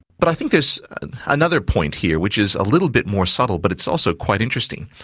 but i think there's another point here, which is a little bit more subtle but it's also quite interesting.